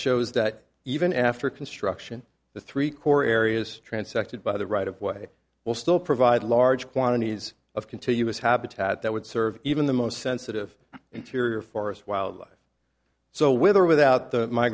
shows that even after construction the three core areas transected by the right of way will still provide large quantities of continuous habitat that would serve even the most sensitive interior forest wildlife so with or without